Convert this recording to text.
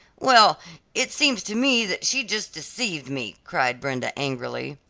well it seems to me that she just deceived me, cried brenda, angrily.